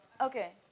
Okay